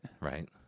Right